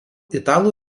italų